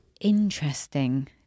interesting